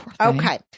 Okay